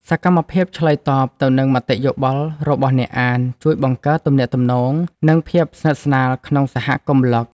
សកម្មភាពឆ្លើយតបទៅនឹងមតិយោបល់របស់អ្នកអាន ជួយបង្កើតទំនាក់ទំនង និងភាពស្និទ្ធស្នាលក្នុងសហគមន៍ប្លក់។